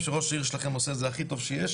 שראש העיר שלכם עושה את זה הכי טוב שיש,